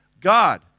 god